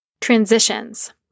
transitions